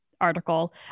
article